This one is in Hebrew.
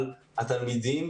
התלמידים,